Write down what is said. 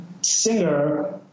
singer